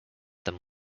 them